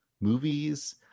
movies